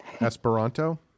Esperanto